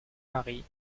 mary